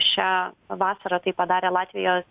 šią vasarą tai padarė latvijos